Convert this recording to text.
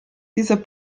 dieser